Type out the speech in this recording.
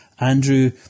Andrew